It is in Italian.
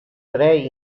tre